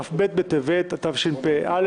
כ"ב בטבת התשפ"א,